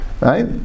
right